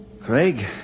Craig